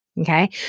okay